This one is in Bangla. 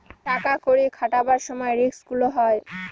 টাকা কড়ি খাটাবার সময় রিস্ক গুলো হয়